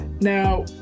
Now